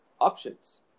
options